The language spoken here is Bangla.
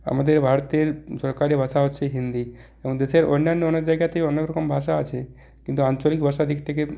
আমাদের ভারতের সরকারি ভাষা হচ্ছে হিন্দি এবং দেশের অন্যান্য অনেক জায়গাতে অন্যান্য অনেক রকম ভাষা আছে কিন্তু আঞ্চলিক ভাষার দিক থেকে